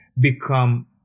become